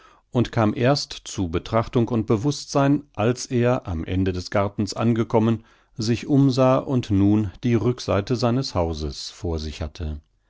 und kam erst zu betrachtung und bewußtsein als er am ende des gartens angekommen sich umsah und nun die rückseite seines hauses vor sich hatte